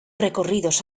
recorridos